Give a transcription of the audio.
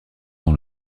dans